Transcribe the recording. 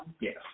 Yes